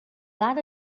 that